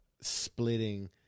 splitting